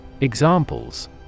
Examples